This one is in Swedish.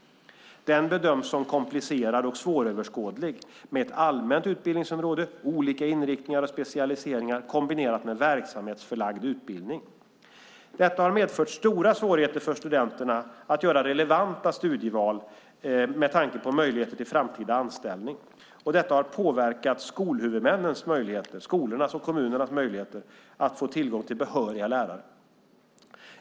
Den bedöms som komplicerad och svåröverskådlig med ett allmänt utbildningsområde, olika inriktningar och specialiseringar, kombinerat med verksamhetsförlagd utbildning. Detta har medfört stora svårigheter för studenterna att göra relevanta studieval med tanke på möjligheter till framtida anställning. Detta har påverkat skolornas och kommunernas möjligheter att få tillgång till behöriga lärare.